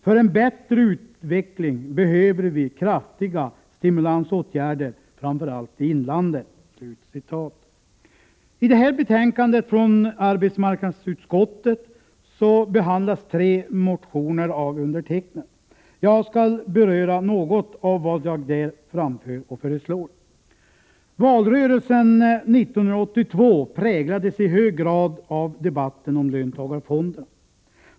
För en bättre utveckling behöver vi kraftiga stimulansåtgärder, framför allt i inlandet.” I det här betänkandet från arbetsmarknadsutskottet behandlas tre motioner av mig. Jag skall beröra något av vad jag där framför och föreslår. Valrörelsen 1982 präglades i hög grad av debatten om löntagarfonderna.